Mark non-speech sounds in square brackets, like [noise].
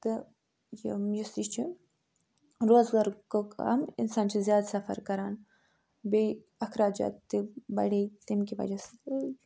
تہٕ یِم یُس یہِ چھِ روزگار گوٚو کَم اِنسان چھِ زیادٕ سفر کران بیٚیہِ اخراجات تہِ بڑے تَمہِ کہِ وَجہ سۭتۍ [unintelligible]